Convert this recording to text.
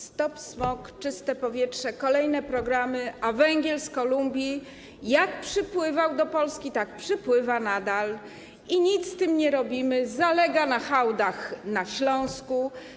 Stop smog”, „Czyste powietrze”, kolejne programy, a węgiel z Kolumbii jak przypływał do Polski, tak nadal przypływa i nic z tym nie robimy, zalega na hałdach na Śląsku.